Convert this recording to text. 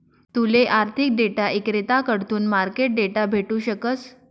तूले आर्थिक डेटा इक्रेताकडथून मार्केट डेटा भेटू शकस